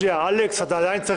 אלכס, אתה עדיין צריך